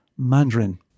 Mandarin